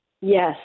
Yes